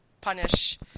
punish